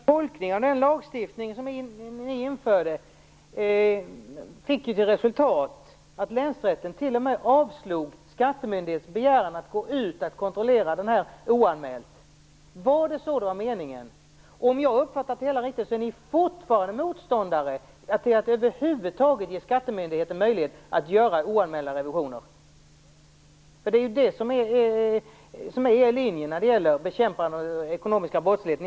Herr talman! Tolkningen av den lagstiftning som ni införde ledde ju till att länsrätten t.o.m. avslog skattemyndighetens begäran att få kontrollera oanmält. Var det så man hade menat? Om jag har uppfattat det hela riktigt är ni fortfarande motståndare till att över huvud taget ge skattemyndigheten möjlighet att göra oanmälda revisioner. Det är er linje när det gäller bekämpande av den ekonomiska brottsligheten.